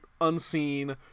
unseen